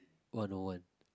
what no one